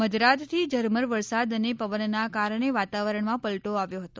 મધરાતથી ઝરમર વરસાદ અને પવનના કારણે વાતાવરણમાં પલટો આવ્યો હતો